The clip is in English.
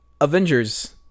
Avengers